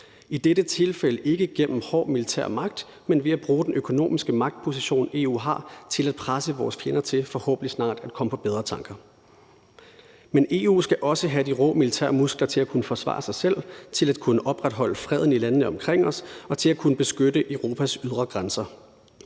i dette tilfælde ikke gennem hård militær magt, men ved at bruge den økonomiske magtposition, EU har, til at presse vores fjender til forhåbentlig snart at komme på bedre tanker. Men EU skal også have de rå militære muskler til at kunne forsvare sig selv, til at kunne opretholde freden i landene omkring os og til at kunne beskytte Europas ydre grænser.